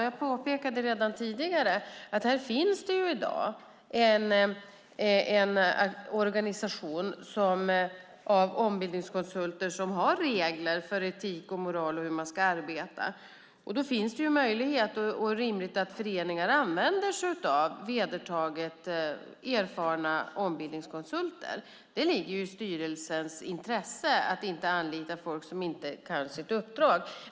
Jag påpekade redan tidigare att det för ombildningskonsulter i dag finns en organisation som har regler för etik, moral och hur man ska arbeta. Då finns det möjlighet och är rimligt att föreningar använder sig av vedertaget erfarna ombildningskonsulter. Det ligger i styrelsens intresse att inte anlita folk som inte har kunskap för sitt uppdrag.